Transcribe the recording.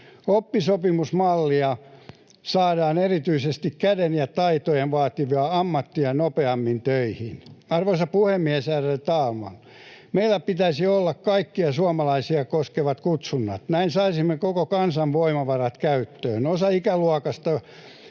Oppisopimusmallilla saadaan erityisesti käden taitoja vaativiin ammatteihin ihmisiä nopeammin töihin. Arvoisa puhemies, ärade talman! Meillä pitäisi olla kaikkia suomalaisia koskevat kutsunnat. Näin saisimme koko kansan voimavarat käyttöön. Osa ikäluokasta